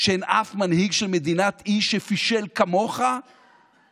שאין אף מנהיג של מדינת אי שפישל כמוך בקורונה?